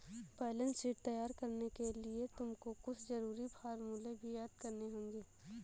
balance sheet तैयार करने के लिए तुमको कुछ जरूरी फॉर्मूले भी याद करने होंगे